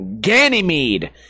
Ganymede